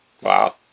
Wow